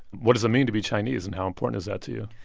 what does it mean to be chinese? and how important is that to you?